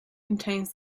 contains